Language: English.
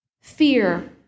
Fear